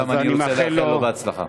גם אני רוצה לאחל לו הצלחה.